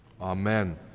Amen